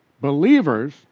believers